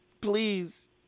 please